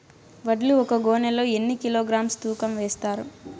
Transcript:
వడ్లు ఒక గోనె లో ఎన్ని కిలోగ్రామ్స్ తూకం వేస్తారు?